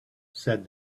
said